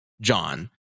john